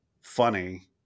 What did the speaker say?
funny